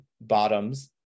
Bottoms